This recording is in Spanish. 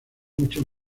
mucho